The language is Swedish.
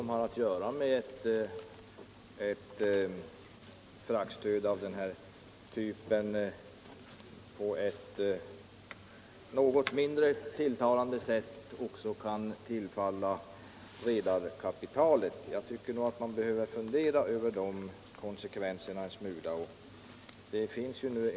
Det kan nämligen medföra problem av det slaget att stödpengar på ett mindre tilltalande sätt tillfaller redarkapitalet, och sådana konsekvenser bör man som sagt fundera över en smula.